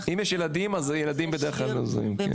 --- אם יש ילדים אז ילדים בדרך כלל עוזרים.